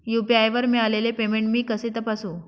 UPI वर मिळालेले payment मी कसे तपासू?